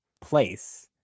place